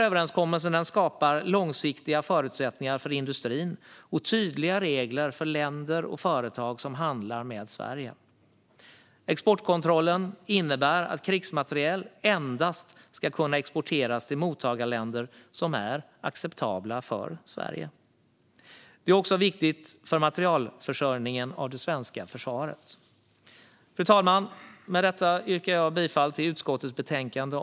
Överenskommelsen skapar långsiktiga förutsättningar för industrin och tydliga regler för länder och företag som handlar med Sverige. Exportkontrollen innebär att krigsmateriel ska kunna exporteras endast till mottagarländer som är acceptabla för Sverige. Det är viktigt också för materielförsörjningen av det svenska försvaret. Fru talman! Med detta yrkar jag bifall till förslaget i utskottets betänkande.